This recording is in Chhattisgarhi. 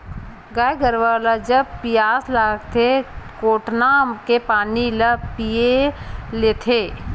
गाय गरुवा ल जब पियास लागथे कोटना के पानी ल पीय लेथे